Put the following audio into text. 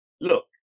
Look